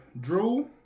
Drew